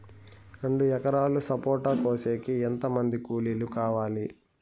రెండు ఎకరాలు సపోట కోసేకి ఎంత మంది కూలీలు కావాలి?